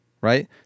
Right